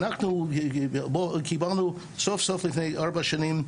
אנחנו קיבלנו סוף סוף לפני ארבע שנים,